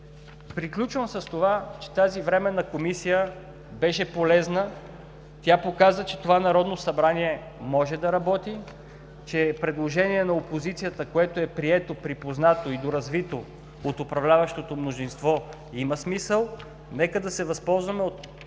Приключвам с това, че тази Временна комисия беше полезна, тя показа, че това Народно събрание може да работи, че е предложение на опозицията, което е прието, припознато и доразвито от управляващото мнозинство – има смисъл. Нека да се възползваме от